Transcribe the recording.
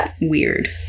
weird